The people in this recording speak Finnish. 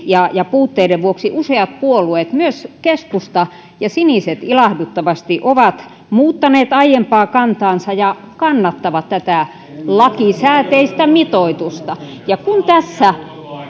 ja ja puutteiden vuoksi useat puolueet myös keskusta ja siniset ilahduttavasti ovat muuttaneet aiempaa kantaansa ja kannattavat tätä lakisääteistä mitoitusta kun tässä